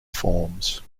forms